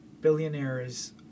billionaires